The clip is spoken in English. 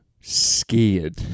scared